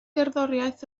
gerddoriaeth